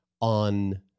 on